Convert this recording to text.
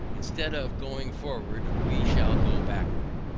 instead of going forward we shall go backward,